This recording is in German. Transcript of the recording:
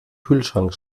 kühlschrank